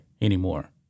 anymore